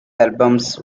albums